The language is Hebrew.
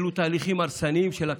אלו תהליכים הרסניים לכנסת.